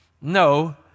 No